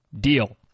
deal